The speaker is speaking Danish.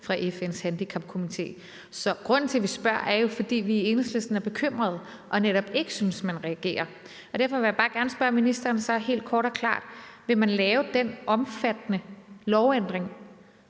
fra FN's Handicapkomité. Så grunden til, at vi spørger, er jo, at vi i Enhedslisten er bekymrede og netop ikke synes, man reagerer. Derfor vil jeg så bare gerne spørge ministeren helt kort og klart: Vil man lave den omfattende lovændring,